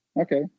okay